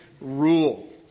rule